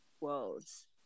worlds